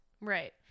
right